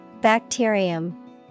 Bacterium